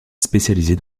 spécialisé